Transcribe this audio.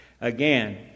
Again